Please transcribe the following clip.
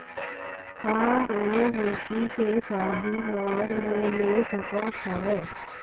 का मैं बेटी के शादी बर लोन ले सकत हावे?